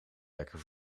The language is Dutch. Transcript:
lekker